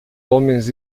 homens